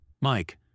Mike